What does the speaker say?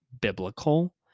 biblical